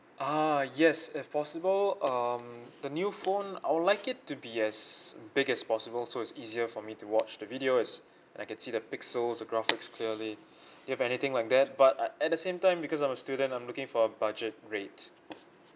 ah yes that's possible um the new phone I would like it to be as big as possible so it's easier for me to watch the video as I can see the pixels the graphics clearly do you have anything like that but at at the same time because I'm a student I'm looking for a budget rate